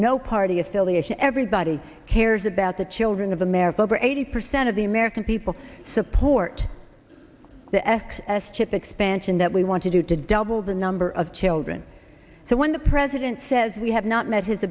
no party affiliation everybody cares about the children of america over eighty percent of the american people support the ethics s chip expansion that we want to do to double the number of children so when the president says we have not met his